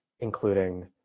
Including